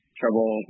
trouble